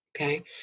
okay